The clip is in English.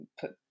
put